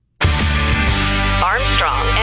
Armstrong